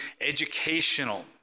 educational